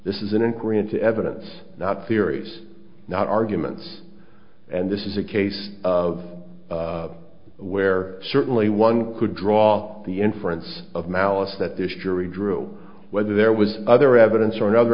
this is an inquiry into evidence not theories not arguments and this is a case of where certainly one could draw the inference of malice that this jury drew whether there was other evidence or another